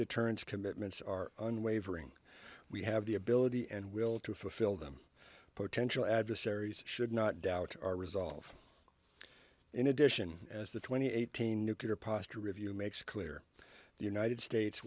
deterrence commitments are unwavering we have the ability and will to fulfill them potential adversaries should not doubt our resolve in addition as the twenty eight thousand nuclear posture review makes clear the united states